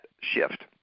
shift